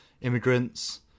immigrants